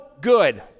good